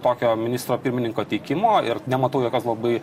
tokio ministro pirmininko teikimo ir nematau jokios labai